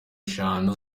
eshanu